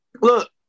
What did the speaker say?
look